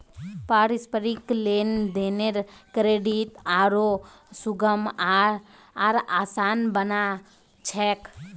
पारस्परिक लेन देनेर क्रेडित आरो सुगम आर आसान बना छेक